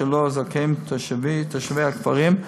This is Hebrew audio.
שירות אשר לו זכאים תושבי הכפרים,